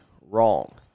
Wrong